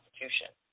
constitution